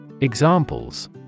Examples